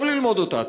טוב ללמוד אותה,